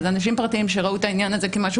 אבל אלו אנשים פרטיים שראו את העניין הזה כמשהו